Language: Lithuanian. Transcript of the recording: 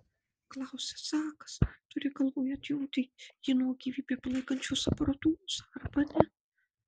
klausia zakas turi galvoje atjungti jį nuo gyvybę palaikančios aparatūros arba ne